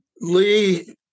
Lee